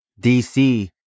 DC